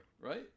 right